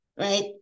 right